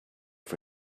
for